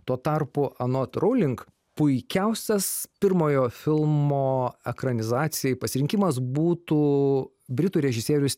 tuo tarpu anot rowling puikiausias pirmojo filmo ekranizacijai pasirinkimas būtų britų režisierius